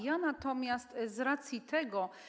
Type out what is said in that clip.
Ja natomiast z racji tego.